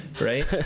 right